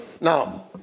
Now